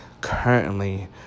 currently